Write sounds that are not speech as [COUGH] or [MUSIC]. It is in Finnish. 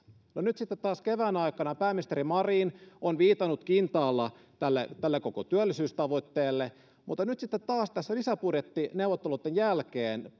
nyt sitten taas kevään aikana pääministeri marin on viitannut kintaalla tälle tälle koko työllisyystavoitteelle mutta nyt sitten taas tässä lisäbudjettineuvotteluitten jälkeen [UNINTELLIGIBLE]